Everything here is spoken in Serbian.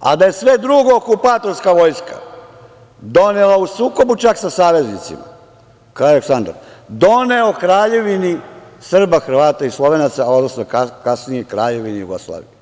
a da je sve drugo okupatorska vojska donela u sukobu sa saveznicima, kralj Aleksandar, doneo Kraljevini Srba, Hrvata i Slovenaca odnosno kasnije Kraljevini Jugoslaviji.